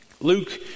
Luke